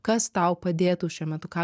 kas tau padėtų šiuo metu ką